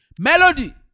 Melody